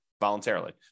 voluntarily